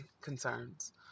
concerns